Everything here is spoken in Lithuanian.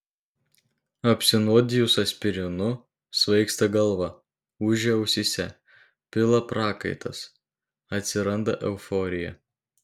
apsinuodijus aspirinu svaigsta galva ūžia ausyse pila prakaitas atsiranda euforija